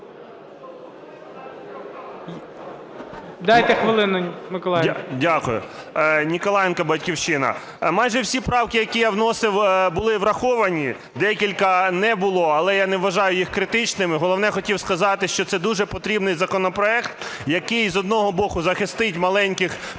НІКОЛАЄНКО А.І. Дякую. Ніколаєнко, "Батьківщина". Майже всі правки, які я вносив, були враховані. Декілька не було, але я не вважаю їх критичними. Головне хотів сказати, що це дуже потрібний законопроект, який, з одного боку, захистить маленьких позичальників.